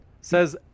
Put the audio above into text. says